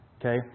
okay